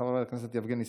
חבר הכנסת אוסאמה סעדי,